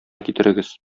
китерегез